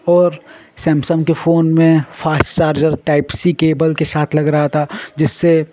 और सैमसंग के फोन में fast charger type C cable के साथ लग रहा था जिससे